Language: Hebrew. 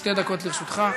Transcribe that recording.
שתי דקות לרשותך.